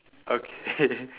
okay